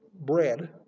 bread